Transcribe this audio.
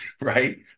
right